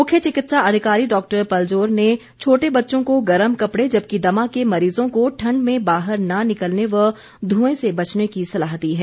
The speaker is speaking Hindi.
मुख्य चिकित्सा अधिकारी डॉक्टर पलजोर ने छोटे बच्चों को गर्म कपड़े जबकि दमा के मरीजों को ठण्ड में बाहर न निकलने व धुंए से बचने की सलाह दी है